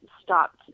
stopped